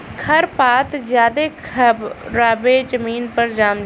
खर पात ज्यादे खराबे जमीन पर जाम जला